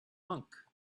monk